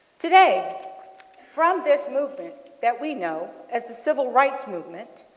today from this movement that we know as the civil rights movement,